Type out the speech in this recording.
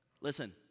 Listen